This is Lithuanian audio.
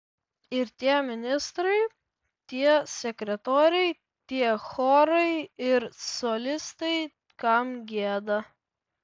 ir tie ministrai tie sekretoriai tie chorai ir solistai kam gieda